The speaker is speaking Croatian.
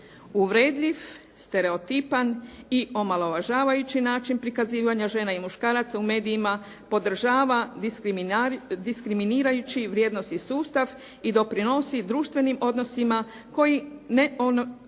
uvredljiv, stereotipan i omalovažavajući način prikazivanja žena i muškaraca u medijima podržava diskriminirajući vrijednosni sustav i doprinosi društvenim odnosima koji